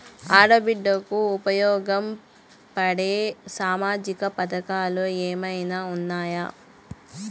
ఆడ బిడ్డలకు ఉపయోగం ఉండే సామాజిక పథకాలు ఏమైనా ఉన్నాయా?